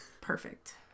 Perfect